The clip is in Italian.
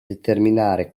determinare